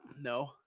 No